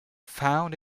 found